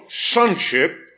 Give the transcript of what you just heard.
sonship